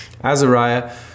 Azariah